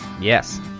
Yes